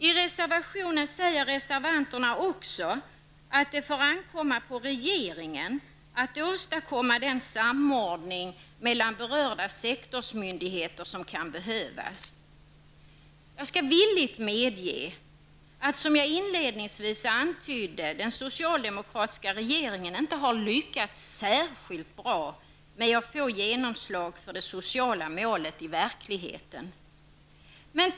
I reservationen säger reservanterna också att det får ankomma på regeringen att åstadkomma den samordning mellan berörda sektorsmyndigheter som kan behövas. Jag skall villigt medge att den socialdemokratiska regeringen, som jag inledningsvis antydde, inte har lyckats särskilt bra med att få genomslag för det sociala målet i verkligheten.